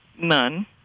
None